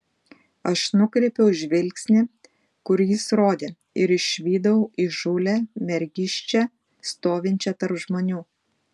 aš nukreipiau žvilgsnį kur jis rodė ir išvydau įžūlią mergiščią stovinčią tarp žmonių